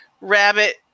Rabbit